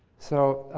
so,